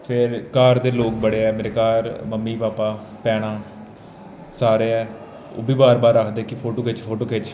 फिर घर दे लोक बड़े ऐ मेरे घर मम्मी भापा भैनां सारे ऐ ओह्बी बार बार आखदे फोटो खिच्च फोटो खिच्च